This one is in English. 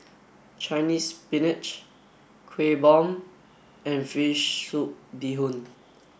Chinese Spinach Kueh Bom and Fish Soup Bee Hoon